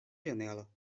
janela